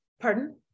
Pardon